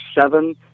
seven